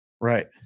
Right